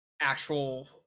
actual